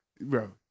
Bro